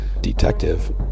detective